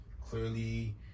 Clearly